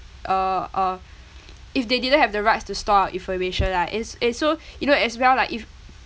uh uh if they didn't have the rights to store our information lah and and so you know as well like if